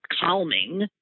calming